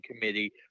committee